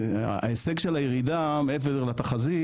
ההישג של הירידה מעבר לתחזית,